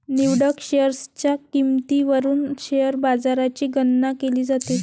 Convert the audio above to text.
निवडक शेअर्सच्या किंमतीवरून शेअर बाजाराची गणना केली जाते